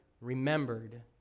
remembered